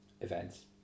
events